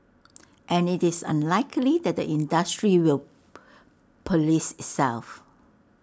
and IT is unlikely that the industry will Police itself